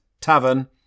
Tavern